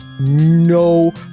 no